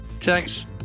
Thanks